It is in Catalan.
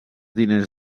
diners